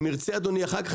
אם ירצה אדוני אחר כך,